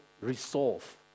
resolve